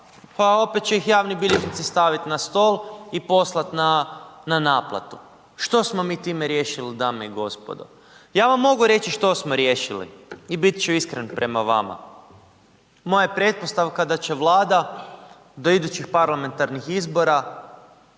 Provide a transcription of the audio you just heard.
Pa opet će ih javni bilježnici stavit na stol i poslat na naplatu. Što smo mi time riješili dame i gospodo? Ja vam mogu reći što smo riješili i bit ću iskren prema vama. Moja je pretpostavka da će Vlada do idućih parlamentarnih izbora